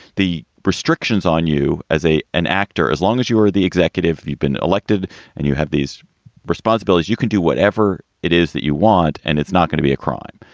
the restrictions on you as a an actor, as long as you were the executive, you've been elected and you have these responsibilities, you can do whatever it is that you want. and it's not going to be a crime.